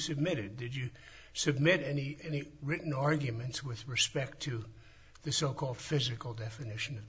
submitted did you submit any any written arguments with respect to this so called physical definition of